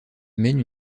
mène